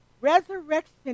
Resurrection